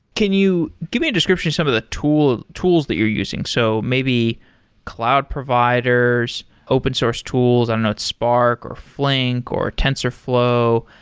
can you give me descriptions of some of the tools tools that you're using? so maybe cloud providers, open source tools. i don't know, spark, or flink, or tensorflow.